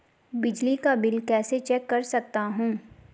बिजली का बिल कैसे चेक कर सकता हूँ?